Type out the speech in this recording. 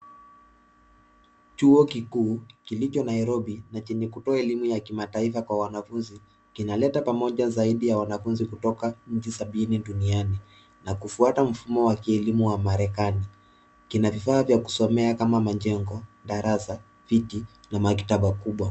Chuo kikuu kilicho Nairobi na chenye kutoa elimu ya kimataifa kwa wanafunzi kinaleta pamoja zaidi ya wanafunzi kutoka nchi sabini duniani na kufuata mfumo wa kielimu wa Marekani. Kina vifaa vya kusomea kama majengo, darasa, viti na maktaba kubwa.